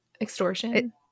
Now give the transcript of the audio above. Extortion